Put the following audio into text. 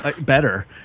Better